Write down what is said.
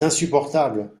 insupportable